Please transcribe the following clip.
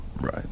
Right